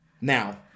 Now